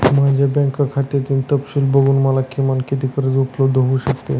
माझ्या बँक खात्यातील तपशील बघून मला किमान किती कर्ज उपलब्ध होऊ शकते?